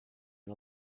and